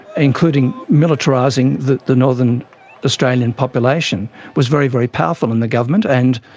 including militarising the the northern australian population was very, very powerful in the government, and